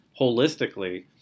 holistically